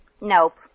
Nope